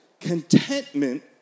contentment